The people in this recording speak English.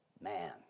man